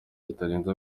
kitarenze